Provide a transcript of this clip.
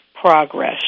progress